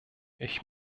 ich